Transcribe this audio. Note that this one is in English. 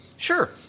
Sure